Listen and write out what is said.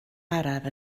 araf